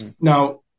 Now